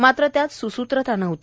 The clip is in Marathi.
मात्र त्यात स्सूत्रता नव्हती